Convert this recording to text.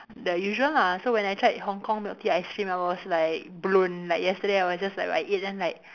the usual lah so when I tried Hong-Kong milk tea ice cream I was like blown like yesterday I was just like I eat then like